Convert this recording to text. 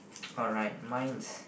alright mine is